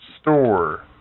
Store